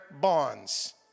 bonds